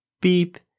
beep